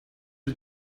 you